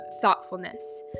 thoughtfulness